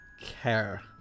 care